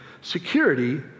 security